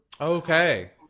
Okay